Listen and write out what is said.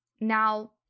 Now